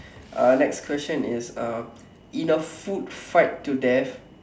uh next question is uh in a food fight to death